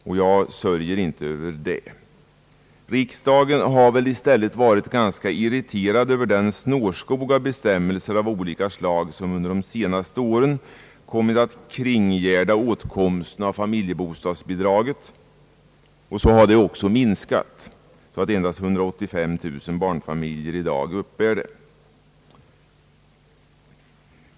Och jag sörjer inte över det. Riksdagen har väl i stället varit ganska irriterad över den snårskog av bestämmelser av olika slag, som under de senaste åren kommit att kringgärda åtkomsten av familjebostadsbidraget. Detta har också minskat, så att endast 185 000 barnfamiljer i dag uppbär det.